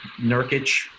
Nurkic